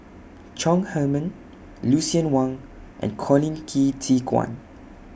Chong Heman Lucien Wang and Colin Qi Zhe Quan